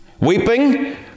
Weeping